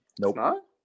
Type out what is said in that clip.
Nope